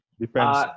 Depends